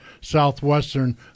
Southwestern